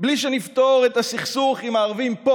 בלי שנפתור את הסכסוך עם הערבים פה,